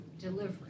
delivery